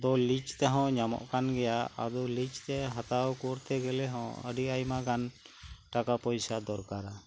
ᱫᱚ ᱞᱤᱡ ᱛᱮᱦᱚᱸ ᱧᱟᱢᱚᱜ ᱠᱟᱱᱜᱮᱭᱟ ᱟᱫᱚ ᱞᱤᱡᱛᱮ ᱦᱟᱛᱟᱣ ᱠᱚᱨᱛᱮ ᱜᱮᱞᱮᱦᱚᱸ ᱟᱹᱰᱤ ᱟᱭᱢᱟᱜᱟᱱ ᱴᱟᱠᱟ ᱯᱚᱭᱥᱟ ᱫᱚᱨᱠᱟᱨᱟ